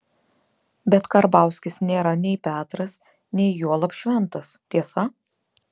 bet karbauskis nėra nei petras nei juolab šventas tiesa